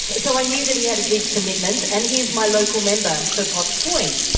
so i knew that he had a deep commitment, and he is my local member for potts point,